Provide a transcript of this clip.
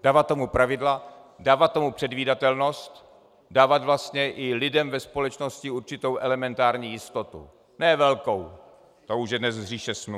Dávat tomu pravidla, dávat tomu předvídatelnost, dávat vlastně i lidem ve společnosti určitou elementární jistotu, ne velkou, to už je dnes říše snů.